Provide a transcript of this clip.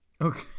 Okay